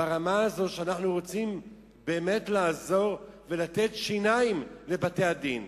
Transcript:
ברמה הזו שאנחנו רוצים באמת לעזור ולתת שיניים לבתי-הדין,